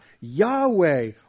Yahweh